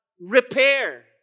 repair